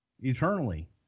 eternally